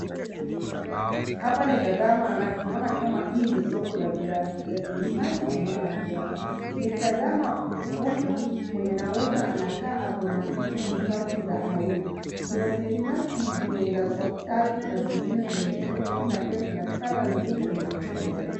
Hapa nikitazama naona kama hii ni soko ya slipasi pamoja na viatu. Nikitazama huyu mwenye anauza anakaa ako na slipasi za haina. Kuna silipasi zenye ni za Softouch na zingine zenye ni Crocs , na pia zina colour nzuri zenye zinapendeza.